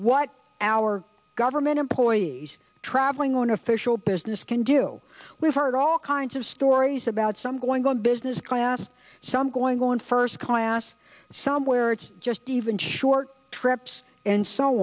what our government employees traveling on official business can do we've heard all kinds of stories about some going on business class some going go in first class some where it's just even short trips and so